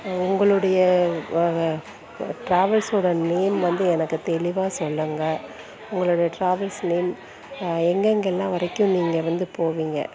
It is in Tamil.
உங்களுடைய டிராவல்ஸோட நேம் வந்து எனக்கு தெளிவாக சொல்லுங்கள் உங்களுடைய டிராவல்ஸ் நேம் எங்கெங்கெல்லாம் வரைக்கும் நீங்கள் வந்து போவிங்க